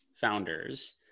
founders